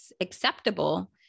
acceptable